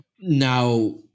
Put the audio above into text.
now